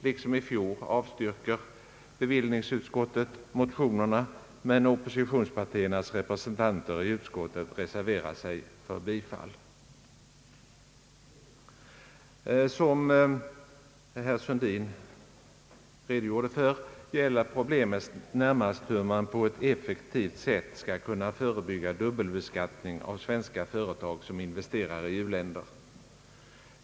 Liksom i fjol avstyrker bevillningsutskottet motionerna, men oppositionspartiernas representanter i utskottet reserverar sig för bifall. Som herr Sundin redan nämnt gäller problemet närmast hur man på ett effektivt sätt skall kunna förebygga dubbelbeskattning av svenska företag som investerar i u-länder.